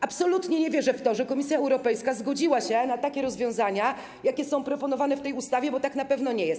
Absolutnie nie wierzę w to, że Komisja Europejska zgodziła się na takie rozwiązania, jakie są proponowane w tej ustawie, bo tak na pewno nie jest.